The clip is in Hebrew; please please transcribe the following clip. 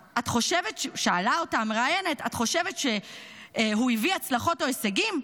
כששאלה אותה המראיינת: את חושבת שהוא הביא הצלחות או הישגים?